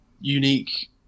unique